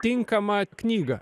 tinkamą knygą